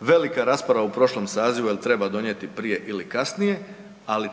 velika rasprava u prošlom sazivu jel treba donijeti prije ili kasnije, ali